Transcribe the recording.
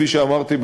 כפי שאמרתי,